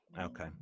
Okay